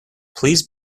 please